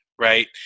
right